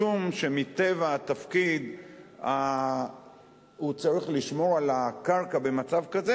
משום שמטבע התפקיד הוא צריך לשמור על הקרקע במצב כזה,